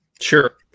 Sure